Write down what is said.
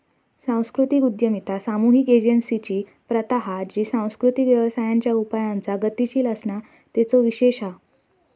सांस्कृतिक उद्यमिता सामुहिक एजेंसिंची प्रथा हा जी सांस्कृतिक व्यवसायांच्या उपायांचा गतीशील असणा तेचो विशेष हा